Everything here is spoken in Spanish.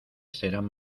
serán